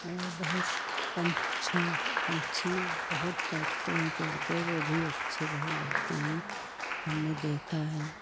मोर बहुत पंछी पंछी बहुत बैठते हैं पेड़ पर वह भी अच्छे बहुत लगते हैं हमने देखा है